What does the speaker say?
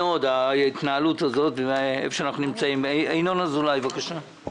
ההתנהלות הזאת ואיפה שאנחנו נמצאים זה